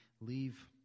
leave